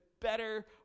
better